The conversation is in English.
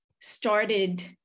started